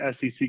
SEC